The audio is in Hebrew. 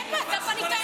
אין בעיה, אתה פנית אליי.